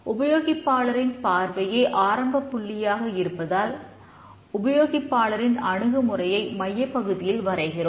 உபயோகிப்பாளரின் பார்வையே ஆரம்பப்புள்ளியாக இருப்பதால் உபயோகிப்பாளரின் அணுகுமுறையை மையப்பகுதியில் வரைகிறோம்